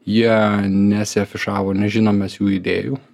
jie nesiafišavo nežinom mes jų idėjų